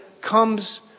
comes